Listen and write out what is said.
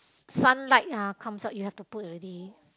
sunlight ah comes out you have to put already